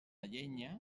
llenya